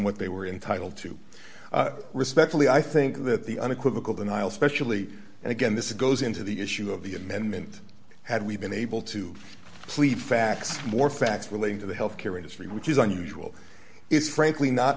what they were entitled to respectfully i think that the unequivocal denial specially and again this is goes into the issue of the amendment had we been able to sleep facts more facts relating to the health care industry which is unusual it's frankly not